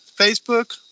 Facebook